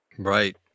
right